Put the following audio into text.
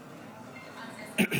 נגד.